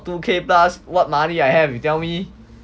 two k plus what money I have you tell me